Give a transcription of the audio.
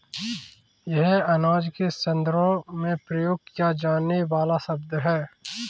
यह अनाज के संदर्भ में प्रयोग किया जाने वाला शब्द है